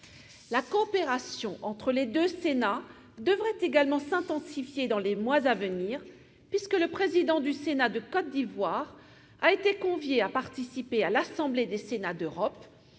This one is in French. La coopération entre les deux sénats devrait également s'intensifier dans les mois à venir, puisque le président du Sénat de Côte d'Ivoire a été convié à participer à l'Assemblée des sénats d'Europe,